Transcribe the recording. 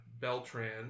Beltran